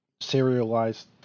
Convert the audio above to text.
serialized